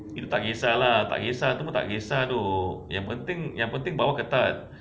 tak kisah lah tak kisah tu pun tak kisah tu yang penting yang penting bawah ketat